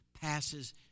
passes